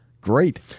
great